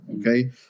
Okay